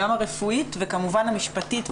גם הרפואית וכמובן המשפטית,